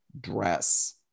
dress